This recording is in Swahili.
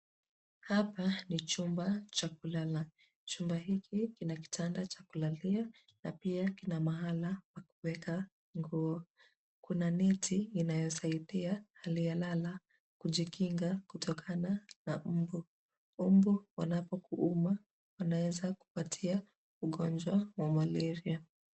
Hapa ni chumba cha kulala. Chumba hiki kina kitanda cha kulalia na pia kina mahala pa kuweka nguo. Kuna neti inayosaidia aliyelala kujikinga kutokana na mbu. Mbu wanapokuuma wanaeza kupatia ugonjwa wa Malaria .